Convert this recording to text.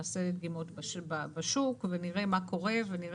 נעשה דגימות בשוק ונראה מה קורה ונראה